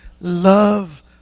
love